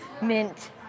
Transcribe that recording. mint